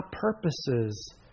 purposes